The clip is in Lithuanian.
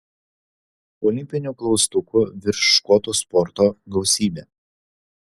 olimpinių klaustukų virš škotų sporto gausybė